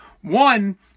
One